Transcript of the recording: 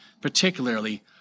particularly